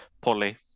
Polly